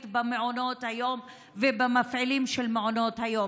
במעונות היום ובמפעילים של מעונות היום.